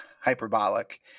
hyperbolic